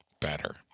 better